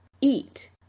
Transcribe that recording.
eat